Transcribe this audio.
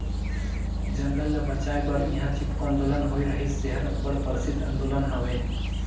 जंगल ल बंचाए बर इहां चिपको आंदोलन होए रहिस जेहर अब्बड़ परसिद्ध आंदोलन हवे